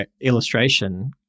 illustration